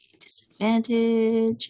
Disadvantage